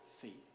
feet